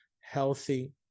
healthy